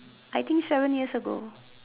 I think seven years ago